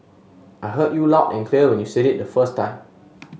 I heard you loud and clear when you said it the first time